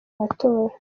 matora